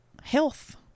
health